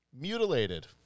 Mutilated